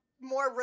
more